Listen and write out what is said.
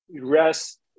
REST